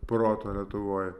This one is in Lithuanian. proto lietuvoj